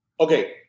Okay